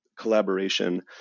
collaboration